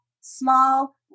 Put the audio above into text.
small